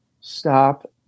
stop